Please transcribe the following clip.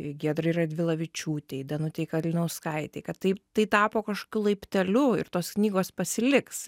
giedrai radvilavičiūtei danutei kalinauskaitei kad tai tai tapo kažkokiu laiptelių ir tos knygos pasiliks